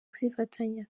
kuzifatanya